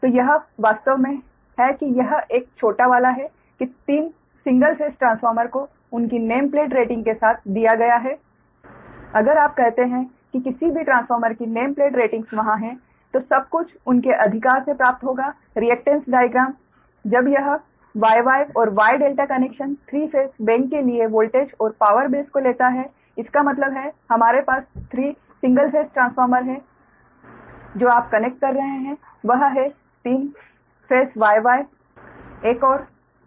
तो यह वास्तव में है कि यह एक छोटा वाला है कि 3 सिंगल फेज ट्रांसफार्मर को उनकी नेम प्लेट रेटिंग्स के साथ दिया गया है अगर आप कहते हैं कि किसी भी ट्रांसफॉर्मर की नेम प्लेट रेटिंग्स वहाँ हैं तो सब कुछ उनके अधिकार से प्राप्त होगा रिएकटेन्स डाइग्राम जब यह Y Y और Y ∆ कनेक्शन 3 फेस बैंक के लिए वोल्टेज और पावर बेस को लेता है इसका मतलब है हमारे पास 3 सिंगल फेस ट्रांसफार्मर हैं जो आप कनेक्ट कर रहे हैं वह है 3 फेस Y Y एक और 3 फेस Y ∆